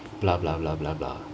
blah blah blah blah blah